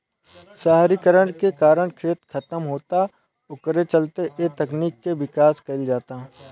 शहरीकरण के कारण खेत खतम होता ओकरे चलते ए तकनीक के विकास कईल जाता